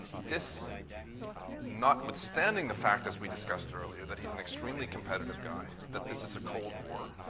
this notwithstanding the fact, as we discussed earlier, that he is an extremely competitive guy, that this is a cold war,